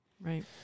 Right